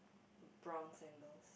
brown sandals